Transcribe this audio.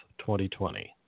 2020